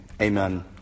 Amen